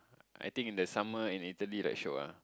I think in the summer in Italy like shiok ah